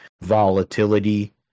volatility